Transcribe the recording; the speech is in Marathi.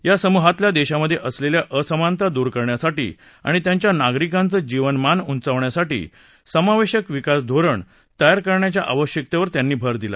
या समूहातल्या देशामध्ये असलेली असमानता दूर करण्यासाठी आणि त्यांच्या नागरिकांचं जीवनमान उंचावण्यासाठी समावेशक विकास धोरण तयार करण्याच्या आवश्यकतेवर त्यांनी भर दिला